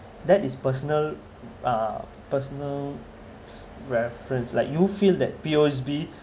that is personal uh personal reference like you feel that P_O_S_B